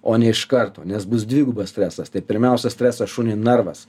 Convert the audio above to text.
o ne iš karto nes bus dvigubas stresas tai pirmiausia stresas šuniui narvas